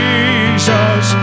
Jesus